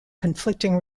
conflicting